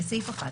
בסעיף 1,